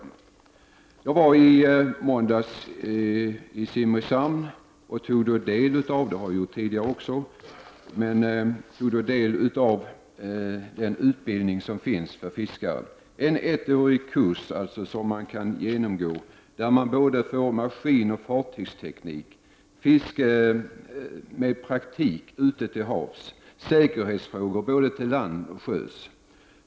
I måndags var jag i Simrishamn och tog del av den utbildning som finns. Jag har gjort det tidigare också. Det är en ettårig kurs som man kan genomgå och där man får studera både maskinoch fartygsteknik, fiske med praktik ute till havs, säkerhetsfrågor både till lands och till sjöss.